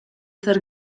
zer